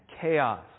chaos